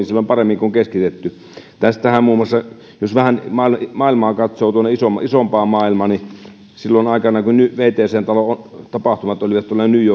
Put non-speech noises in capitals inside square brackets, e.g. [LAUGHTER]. [UNINTELLIGIBLE] silloin paremmin kuin keskitetty jos vähän katsoo tuonne isompaan maailmaan niin silloin aikanaan kun wtcn tapahtumat olivat